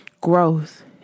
growth